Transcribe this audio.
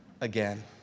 again